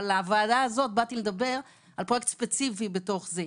אבל בוועדה הזאת באתי לדבר על פרויקט ספציפי בתוך זה.